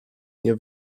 nie